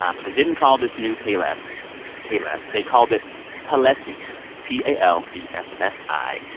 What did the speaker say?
um but they didn't call this new payless payless. they called it palessi p a l e s s i.